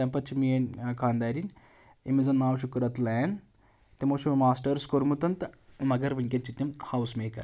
تَمہِ پَتہٕ چھِ میٛٲنۍ خاندارٮ۪ن ییٚمِس زَن ناو چھُ قُرات العین تِمو چھُ ماسٹٲرٕز کوٚرمُت تہٕ مگر وٕنۍ کٮ۪ن چھِ تِم ہاوُس میکَر